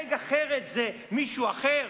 מתנהג אחרת, זה מישהו אחר?